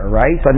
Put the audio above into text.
right